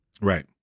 right